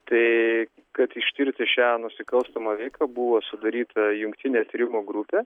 tai kad ištirti šią nusikalstamą veiką buvo sudaryta jungtinė tyrimų grupė